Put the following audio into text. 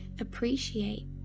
appreciate